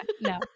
No